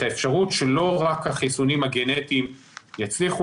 האפשרות שלא רק החיסונים הגנטיים יצליחו,